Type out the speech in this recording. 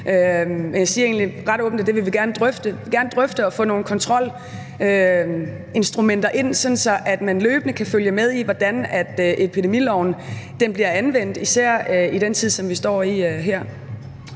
Vi vil gerne drøfte at få nogle kontrolinstrumenter ind, så man løbende kan følge med i, hvordan epidemiloven bliver anvendt – især i den tid, vi står i her.